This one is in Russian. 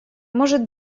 может